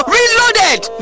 Reloaded